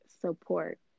support